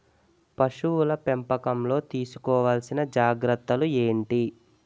పశువుల పెంపకంలో తీసుకోవల్సిన జాగ్రత్తలు ఏంటి?